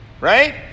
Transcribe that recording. Right